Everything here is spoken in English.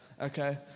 okay